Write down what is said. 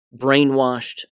brainwashed